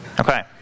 Okay